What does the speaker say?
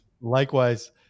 likewise